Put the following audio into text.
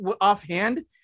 offhand